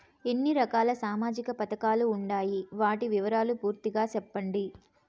ఎన్ని రకాల సామాజిక పథకాలు ఉండాయి? వాటి వివరాలు పూర్తిగా సెప్పండి?